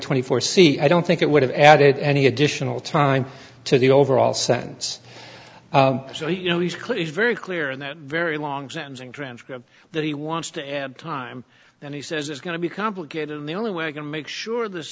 twenty four c i don't think it would have added any additional time to the overall sense so you know he's cliff very clear in that very long sentencing transcript that he wants to end time and he says it's going to be complicated and the only way i can make sure this